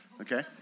okay